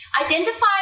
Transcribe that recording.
identify